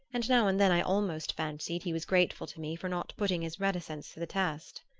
and now and then i almost fancied he was grateful to me for not putting his reticence to the test.